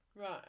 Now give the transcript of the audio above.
Right